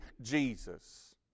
Jesus